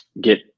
get